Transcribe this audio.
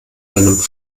deinem